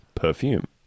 Perfume